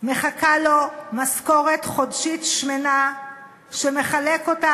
מחכה לו משכורת חודשית שמנה שמחלק אותה